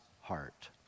heart